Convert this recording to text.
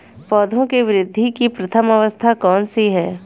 पौधों की वृद्धि की प्रथम अवस्था कौन सी है?